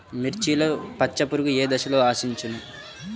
మిర్చిలో పచ్చ పురుగు ఏ దశలో ఆశించును?